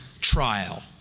trial